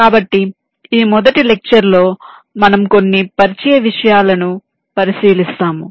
కాబట్టి ఈ మొదటి లెక్చర్ లో మనము కొన్ని పరిచయ విషయాలను పరిశీలిస్తాము